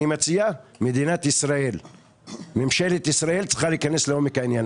ממשלת ישראל צריכה להיכנס לעומק העניין.